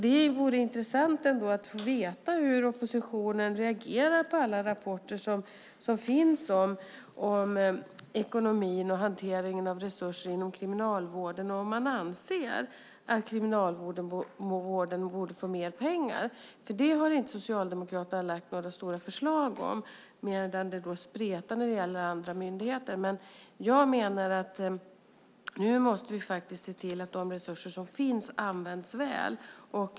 Det vore intressant att få veta hur oppositionen reagerar på alla rapporter som finns om ekonomin och hanteringen av resurser inom Kriminalvården och om man anser att Kriminalvården borde få mer pengar. För det har Socialdemokraterna inte lagt fram några stora förslag om. Däremot spretar det när det gäller andra myndigheter. Men jag menar att vi nu faktiskt måste se till att de resurser som finns används väl.